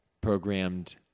programmed